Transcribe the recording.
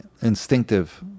instinctive